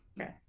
Okay